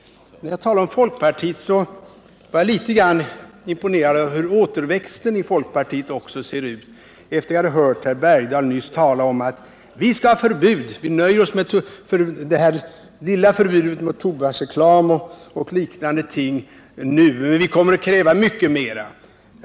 När jag talar om folkpartiet vill jag säga att jag är litet imponerad av hur återväxten i folkpartiet ser ut, efter att nyss ha hört herr Bergdahl tala om att vi skall ha förbud — vi nöjer oss med det här lilla förbudet mot tobaksreklam och liknande nu, men vi kommer att kräva mycket mera.